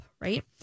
right